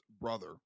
brother